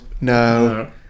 no